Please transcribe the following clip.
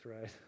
right